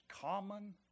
common